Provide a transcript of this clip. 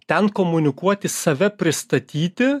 ten komunikuoti save pristatyti